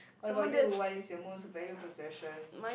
what about you what is your most valued possession